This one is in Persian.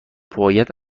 باید